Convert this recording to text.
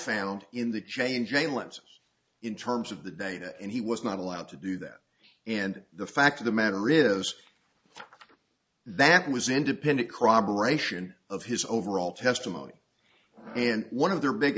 found in the changing lives in terms of the data and he was not allowed to do that and the fact of the matter is that was independent corroboration of his overall testimony and one of their big